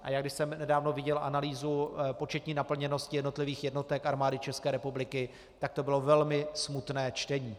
A když jsem nedávno viděl analýzu početní naplněnosti jednotlivých jednotek Armády České republiky, tak to bylo velmi smutné čtení.